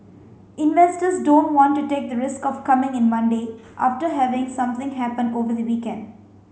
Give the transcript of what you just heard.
investors don't want to take the risk of coming in Monday after having something happen over the weekend